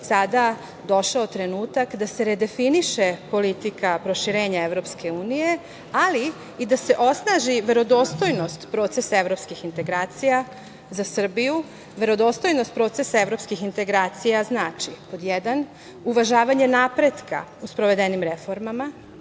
sada došao trenutak da se redefiniše politika proširenja EU, ali i da se osnaži verodostojnost procesa evropskih integracija. Za Srbiju verodostojnost procesa evropskih integracija znači, pod jedan – uvažavanje napretka u sprovedenim reformama,